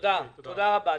תודה רבה.